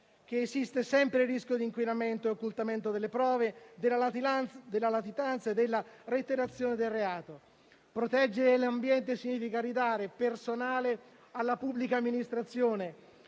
che esiste sempre il rischio di inquinamento delle prove, della latitanza e della reiterazione del reato. Proteggere l'ambiente significa ridare personale alla pubblica amministrazione,